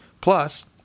Plus